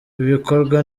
ibikorwa